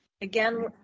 again